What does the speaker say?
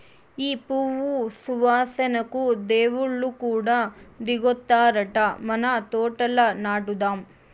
ఈ పువ్వు సువాసనకు దేవుళ్ళు కూడా దిగొత్తారట మన తోటల నాటుదాం